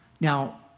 Now